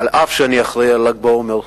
אף שאני אחראי לל"ג בעומר,